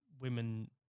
women